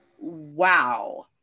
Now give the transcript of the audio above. Wow